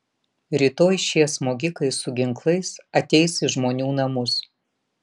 rytoj šie smogikai su ginklais ateis į žmonių namus